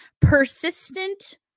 persistent